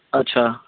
ਅੱਛਾ